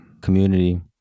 community